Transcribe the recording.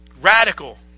Radical